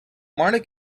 marta